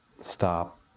stop